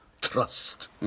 Trust